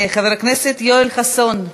חבר הכנסת יואל חסון,